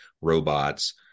robots